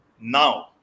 now